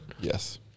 yes